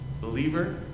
Believer